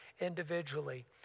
individually